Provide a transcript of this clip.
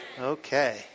Okay